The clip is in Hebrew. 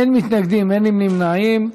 אין מתנגדים ואין נמנעים,